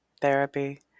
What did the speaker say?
therapy